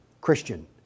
Christian